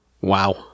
wow